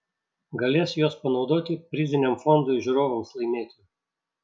galės juos panaudoti priziniam fondui žiūrovams laimėti